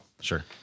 Sure